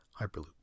Hyperloop